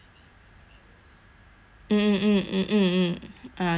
mm mm mm mm mm uh that one I f~ 我已经看完了